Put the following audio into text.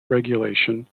regulation